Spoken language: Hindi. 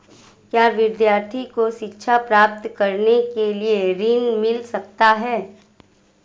क्या विद्यार्थी को शिक्षा प्राप्त करने के लिए ऋण मिल सकता है?